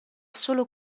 solo